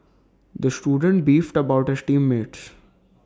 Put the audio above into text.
the student beefed about his team mates